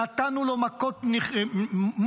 נתנו לו מכות מוחצות,